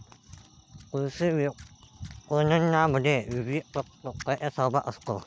कृषी विपणनामध्ये विविध टप्प्यांचा सहभाग असतो